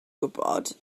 gwybod